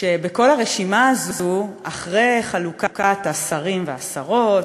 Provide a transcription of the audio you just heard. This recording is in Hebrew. שבכל הרשימה הזאת, אחרי חלוקת השרים והשרות,